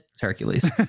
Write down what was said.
hercules